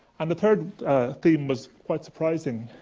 and the third theme was quite surprising